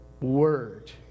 word